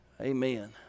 Amen